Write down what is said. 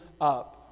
up